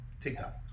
TikTok